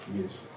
Yes